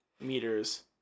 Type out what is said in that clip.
meters